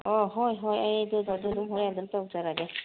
ꯑꯣ ꯍꯣꯏ ꯍꯣꯏ ꯑꯩ ꯑꯗꯨꯗꯣ ꯑꯗꯨ ꯑꯗꯨꯝ ꯍꯣꯔꯦꯟ ꯑꯗꯨꯝ ꯇꯧꯖꯔꯒꯦ